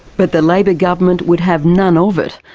but the labor government would have none of it.